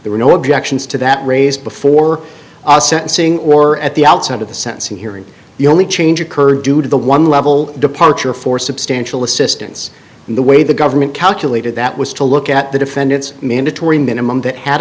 there were no objections to that raised before sentencing or at the outset of the sentencing hearing the only change occur due to the one level departure for substantial assistance in the way the government calculated that was to look at the defendants mandatory minimum that had